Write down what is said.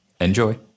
Enjoy